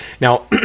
Now